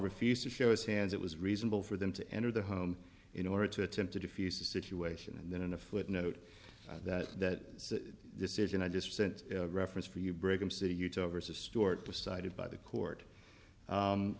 refused to show his hands it was reasonable for them to enter the home in order to attempt to diffuse the situation and then in a footnote that that decision i just sent reference for you brigham city utah versus stuart decided by the court